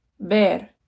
Ver